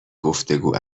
گفتگو